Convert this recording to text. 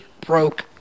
broke